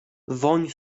woń